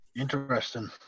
Interesting